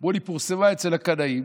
אמרו לי: היא פורסמה אצל הקנאים.